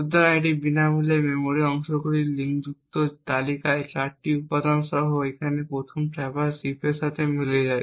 সুতরাং এটি বিনামূল্যে মেমরি অংশগুলির লিঙ্কযুক্ত তালিকায় 4টি উপাদান সহ এখানে প্রথম ট্র্যাভার্স হিপের সাথে মিলে যায়